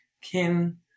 kin